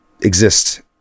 exist